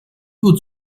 部族